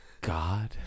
God